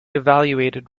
evaluated